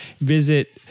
visit